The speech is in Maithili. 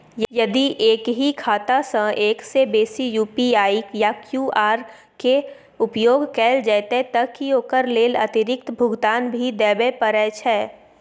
यदि एक ही खाता सं एक से बेसी यु.पी.आई या क्यू.आर के उपयोग कैल जेतै त की ओकर लेल अतिरिक्त भुगतान भी देबै परै छै?